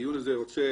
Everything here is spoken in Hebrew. בדיון הזה אני רוצה